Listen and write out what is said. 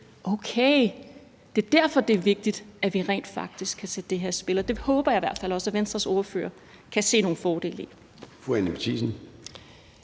Okay, det er derfor, det er vigtigt, at vi rent faktisk kan sætte det her i spil. Og det håber jeg da i hvert fald også at Venstres ordfører kan se nogle fordele i.